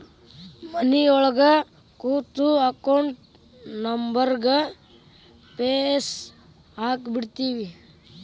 ಮನಿಯೊಳಗ ಕೂತು ಅಕೌಂಟ್ ನಂಬರ್ಗ್ ಫೇಸ್ ಹಾಕಿಬಿಡ್ತಿವಿ